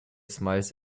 smiles